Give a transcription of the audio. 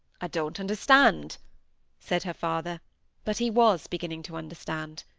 i don't understand said her father but he was beginning to understand.